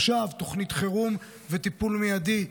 תוכנית חירום וטיפול מיידי,